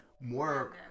more